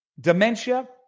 dementia